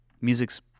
Music's